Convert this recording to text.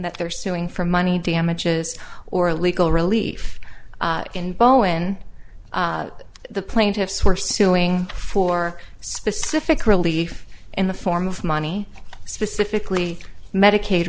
that they're suing for money damages or legal relief in bowen the plaintiffs were suing for specific relief in the form of money specifically medicaid